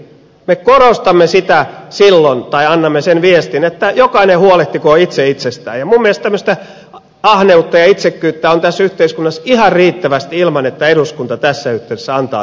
me korostamme sitä silloin tai annamme sen viestin että jokainen huolehtikoon itse itsestään ja minun mielestäni tämmöistä ahneutta ja itsekkyyttä on tässä yhteiskunnassa ihan riittävästi ilman että eduskunta tässä yhteydessä antaa tällaisen viestin